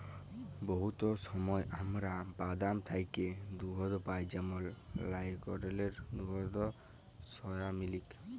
বহুত সময় আমরা বাদাম থ্যাকে দুহুদ পাই যেমল লাইরকেলের দুহুদ, সয়ামিলিক